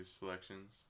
selections